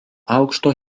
aukšto